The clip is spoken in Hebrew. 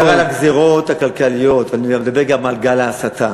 אני מדבר על הגזירות הכלכליות ואני מדבר גם על גל ההסתה.